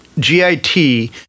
GIT